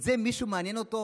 זה מעניין מישהו?